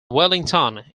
wellington